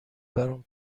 برام